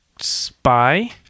spy